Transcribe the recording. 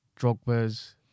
Drogba's